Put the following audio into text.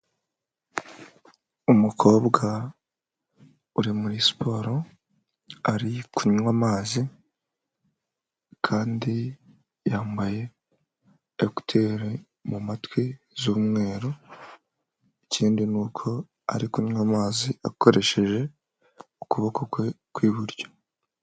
Umukobwa uri muri siporo ari kunywa amazi kandi yambaye ekuteri mu matwi z'umweru, ikindi nuko ari kunywa amazi akoresheje ukuboko kwe kw'iburyo.